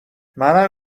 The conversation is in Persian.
منم